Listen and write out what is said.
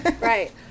right